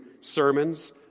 sermons